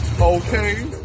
okay